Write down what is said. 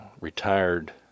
retired